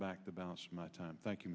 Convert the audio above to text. back to balance my time thank you